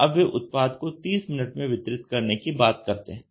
तो अब वे उत्पाद को 30 मिनट में वितरित करने की बात कर रहे हैं